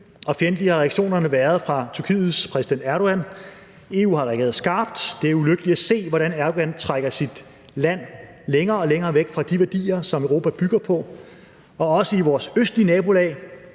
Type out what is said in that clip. fjendtlige har reaktionerne været fra Tyrkiets præsident Erdogan. EU har reageret skarpt. Det er ulykkeligt at se, hvordan Erdogan trækker sit land længere og længere væk fra de værdier, som Europa bygger på. Også i vores østlige nabolag